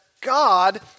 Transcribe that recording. God